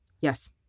yes